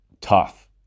tough